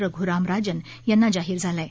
रघ्राम राजन यांना जाहीर झाला आहे